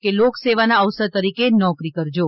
કે લોકસેવા ના અવસર તરીકે નોકરી કરજો